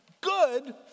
good